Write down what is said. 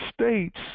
States